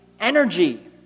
energy